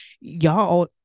y'all